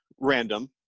random